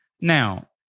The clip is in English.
now